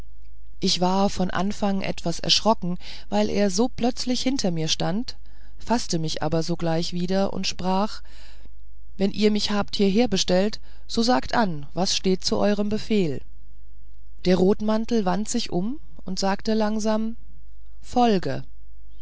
ich war von anfang etwas erschrocken weil er so plötzlich hinter mir stand faßte mich aber sogleich wieder und sprach wenn ihr mich habt hieher bestellt so sagt an was steht zu eurem befehl der rotmantel wandte sich um und sagte langsam folge